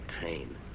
pain